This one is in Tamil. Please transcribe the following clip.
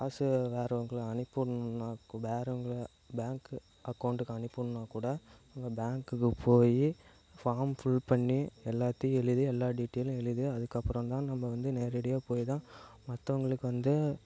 காசு வேறவங்களுக்கு அனுப்பி விடணும்னா கூட வேறவங்க பேங்க்கு அக்கௌண்டுக்கு அனுப்பி விடணும்னா கூட நம்ம பேங்குக்கு போய் ஃபார்ம் ஃபுல் பண்ணி எல்லாத்தையும் எழுதி எல்லா டீட்டெயிலும் எழுதி அதற்கப்புறம் தான் நம்ம வந்து நேரடியாக போய் தான் மற்றவங்களுக்கு வந்து